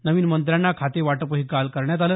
नवीन मंत्र्यांना खातेवाटपही काल करण्यात आलं